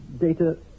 data